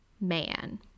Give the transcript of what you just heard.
Man